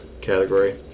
category